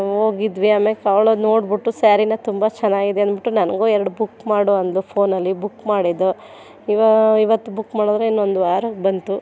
ಹೋಗಿದ್ವಿ ಆಮೇಲೆ ಅವ್ಳ ಅದು ನೋಡಿಬಿಟ್ಟು ಸ್ಯಾರಿನ ತುಂಬ ಚೆನ್ನಾಗಿದೆ ಅಂದ್ಬಿಟ್ಟು ನನಗೂ ಎರ್ಡು ಬುಕ್ ಮಾಡು ಅಂದಳು ಫೋನಲ್ಲಿ ಬುಕ್ ಮಾಡಿದ್ದೋ ಈಗ ಇವತ್ತು ಬುಕ್ ಮಾಡಿದರೆ ಇನ್ನೊಂದು ವಾರಕ್ಕೆ ಬಂತು